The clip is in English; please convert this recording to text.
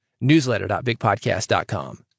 newsletter.bigpodcast.com